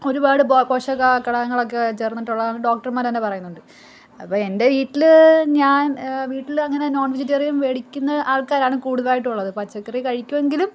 ഒരുപാട് പൊ പോഷക ഘടകങ്ങളൊക്കെ ചേർന്നിട്ടുള്ളതാണ് ഡോക്ടർമാർ തന്നെ പറയുന്നുണ്ട് അപ്പം എന്റെ വീട്ടില് ഞാൻ വീട്ടിലെങ്ങനെ നോൺ വെജിറ്റേറിയൻ മേടിക്കുന്ന ആൾക്കാരാണ് കൂട്തലായിട്ടും ഉള്ളത് പച്ചക്കറി കഴിക്കുവെങ്കിലും